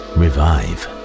Revive